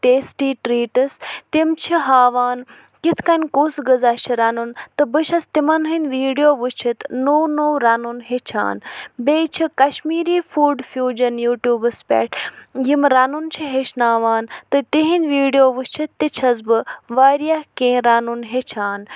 tasty treats تِم چھِ ہاوان کِتھ کٔنۍ کُس غذا چھِ رَنُن تہٕ بہٕ چھس تِمَن ہٕنٛدۍ ویٖڈیو وٕچھِتھ نوٚو نوٚو رَنُن ہیٚچھان بیٚیہِ چھِ کَشمیٖری فُڈ فیوٗجَن یوٗٹوٗبَس پٮ۪ٹھ یِم رَنُن چھِ ہیٚچھناوان تہٕ تِہِنٛدۍ ویٖڈیو وٕچھِتھ تہِ چھس بہٕ واریاہ کینٛہہ رنُن ہیٚچھان